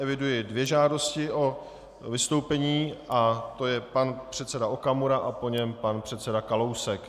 Eviduji dvě žádosti o vystoupení, je to pan předseda Okamura a po něm pan předseda Kalousek.